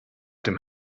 dem